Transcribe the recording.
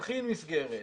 תכין מסגרת,